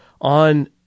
on